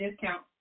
discount